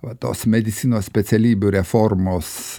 va tos medicinos specialybių reformos